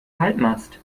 halbmast